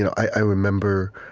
i remember,